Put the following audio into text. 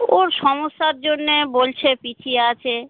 ওর সমস্যার জন্যে বলছে পিছিয়ে আছে